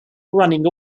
running